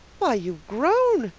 why, you've grown!